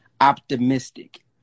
optimistic